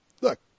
look